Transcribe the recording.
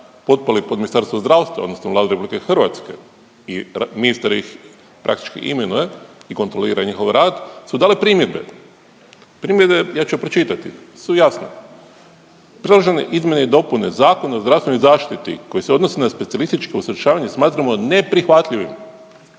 potpali pod Ministarstvo zdravstva odnosno Vladu RH i ministar ih praktički imenuje i kontrolira njihov rad, su dali primjedbe. Primjedbe, ja ću ih pročitati, su jasne. Predložene izmjene i dopune Zakona o zdravstvenoj zaštiti koji se odnosi na specijalističko usavršavanje smatramo neprihvatljivim.